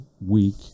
weak